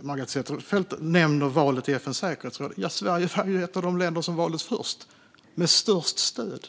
Margareta Cederfelt nämner valet i FN:s säkerhetsråd - ja, Sverige var ju ett av de länder som valdes först och med störst stöd.